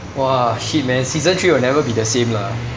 !wah! shit man season three will never be the same lah